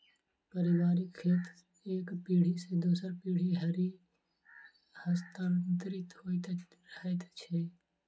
पारिवारिक खेत एक पीढ़ी सॅ दोसर पीढ़ी धरि हस्तांतरित होइत रहैत छै